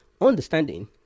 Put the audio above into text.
understanding